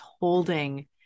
holding